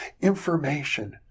information